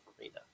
arena